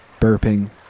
burping